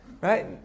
right